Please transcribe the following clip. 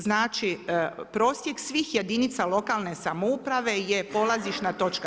Znači prosjek svih jedinica lokalne samouprave je polazišna točka.